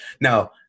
Now